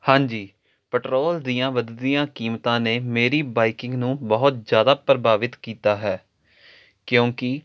ਹਾਂਜੀ ਪੈਟਰੋਲ ਦੀਆਂ ਵਧਦੀਆਂ ਕੀਮਤਾਂ ਨੇ ਮੇਰੀ ਬਾਈਕਿੰਗ ਨੂੰ ਬਹੁਤ ਜ਼ਿਆਦਾ ਪ੍ਰਭਾਵਿਤ ਕੀਤਾ ਹੈ ਕਿਉਂਕਿ